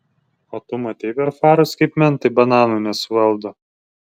o tu matei per farus kaip mentai bananų nesuvaldo